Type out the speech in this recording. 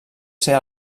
ser